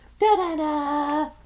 Da-da-da